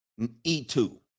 E2